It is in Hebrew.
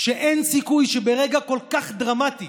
שאין סיכוי שברגע כל כך דרמטי